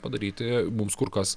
padaryti mums kur kas